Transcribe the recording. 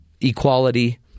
equality